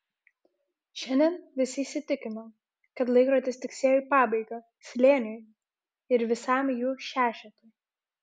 šiandien visi įsitikino kad laikrodis tiksėjo į pabaigą slėniui ir visam jų šešetui